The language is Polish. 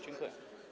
Dziękuję.